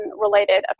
related